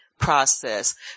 process